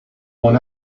mon